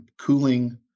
cooling